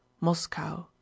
Moscow